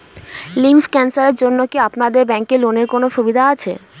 Lymph ক্যানসারের জন্য কি আপনাদের ব্যঙ্কে লোনের কোনও সুবিধা আছে?